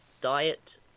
diet